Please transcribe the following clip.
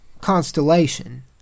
constellation